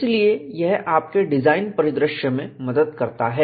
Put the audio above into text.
इसलिए यह आप के डिजाइन परिदृश्य में मदद करता है